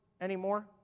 anymore